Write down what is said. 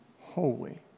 holy